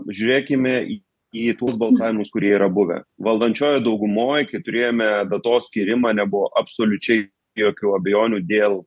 žiūrėkime į į tuos balsavimus kurie yra buvę valdančiojoj daugumoj kai turėjome datos skyrimą nebuvo absoliučiai jokių abejonių dėl